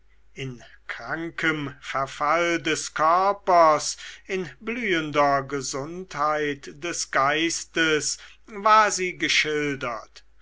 in krankem verfall des körpers in blühender gesundheit des geistes ward sie geschildert